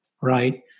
right